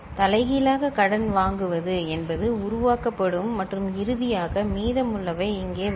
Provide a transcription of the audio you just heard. தலைகீழாக கடன் வாங்குவது என்பது உருவாக்கப்படும் மற்றும் இறுதியாக மீதமுள்ளவை இங்கே வரும்